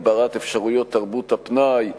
הגברת אפשרויות תרבות הפנאי,